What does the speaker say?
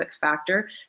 factor